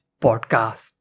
Podcast